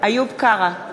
איוב קרא,